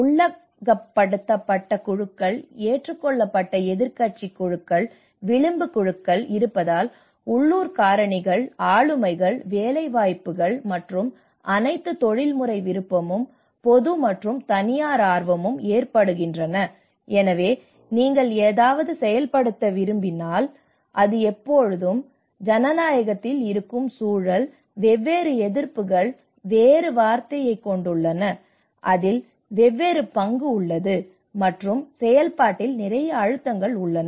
உள்ளகப்படுத்தப்பட்ட குழுக்கள் ஏற்றுக்கொள்ளப்பட்ட எதிர்க்கட்சி குழுக்கள் விளிம்பு குழுக்கள் இருப்பதால் உள்ளூர் காரணிகள் ஆளுமைகள் வேலை வாய்ப்புகள் மற்றும் அனைத்து தொழில்முறை விருப்பமும் பொது மற்றும் தனியார் ஆர்வமும் எடுக்கப்படுகின்றன எனவே நீங்கள் ஏதாவது செயல்படுத்த விரும்பினால் அது எப்போதும் ஜனநாயகத்தில் இருக்கும் சூழல் வெவ்வேறு எதிர்ப்புகள் வேறு வார்த்தையைக் கொண்டுள்ளன அதில் வெவ்வேறு பங்கு உள்ளது மற்றும் செயல்பாட்டில் நிறைய அழுத்தங்கள் உள்ளன